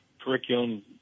curriculum